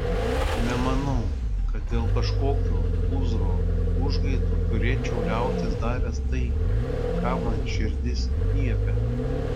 nemanau kad dėl kažkokio pūzro užgaidų turėčiau liautis daręs tai ką man širdis liepia